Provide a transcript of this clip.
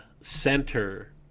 center